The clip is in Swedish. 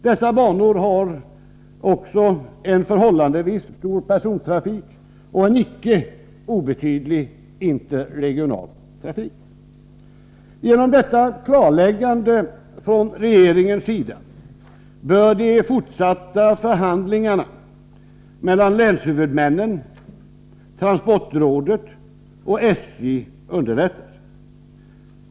Dessa banor har också en förhållandevis stor persontrafik och en icke obetydlig interregional trafik. Genom detta klarläggande från regeringens sida bör de fortsatta förhandlingarna mellan länshuvudmännen, transportrådet och SJ underlättas.